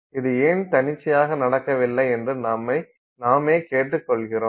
இது ஏன் தன்னிச்சையாக நடக்கவில்லை என்று நம்மை நாமே கேட்டுக்கொள்கிறோம்